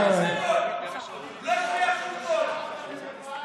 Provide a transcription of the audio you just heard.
תשלח אותם למרפאת הכנסת,